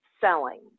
selling